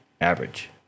average